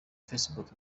facebook